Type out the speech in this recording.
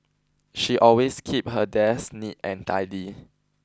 she always keep her desk neat and tidy